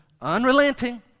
unrelenting